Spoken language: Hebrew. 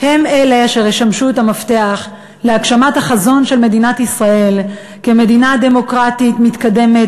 תשמש מפתח להגשמת החזון של מדינת ישראל כמדינה דמוקרטית מתקדמת,